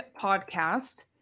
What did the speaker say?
podcast